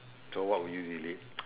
so what will you delete